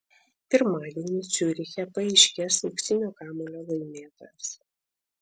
pirmadienį ciuriche paaiškės auksinio kamuolio laimėtojas